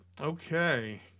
Okay